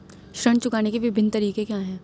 ऋण चुकाने के विभिन्न तरीके क्या हैं?